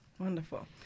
Wonderful